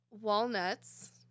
Walnuts